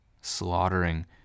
slaughtering